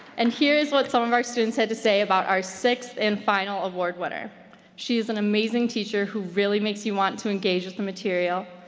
and here is what some of our students had to say about our sixth and final award winner she is an amazing teacher who really makes you want to engage with the material,